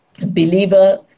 believer